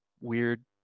weird